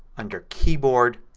under keyboard,